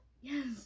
Yes